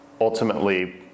ultimately